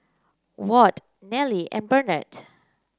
Ward Nelly and Bernadette